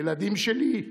ילדים שלי,